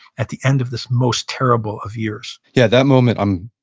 at the end of this most terrible of years yeah, that moment, i'm,